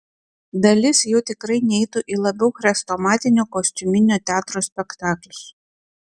dalis jų tikrai neitų į labiau chrestomatinio kostiuminio teatro spektaklius